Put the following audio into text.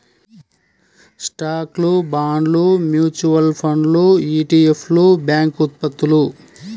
స్టాక్లు, బాండ్లు, మ్యూచువల్ ఫండ్లు ఇ.టి.ఎఫ్లు, బ్యాంక్ ఉత్పత్తులు